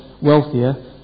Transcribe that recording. wealthier